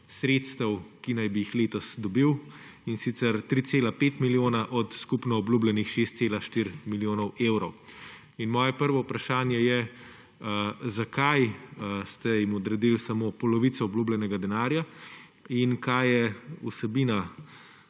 sredstev, ki naj bi jih letos dobil, in sicer 3,5 milijona od skupno obljubljenih 6,4 milijona evrov. In moje prvo vprašanje je: Zakaj ste jim odredili samo polovico obljubljenega denarja? Kaj je vsebina